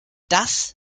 das